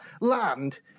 land